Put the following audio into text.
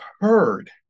heard